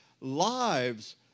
lives